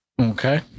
okay